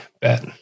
bet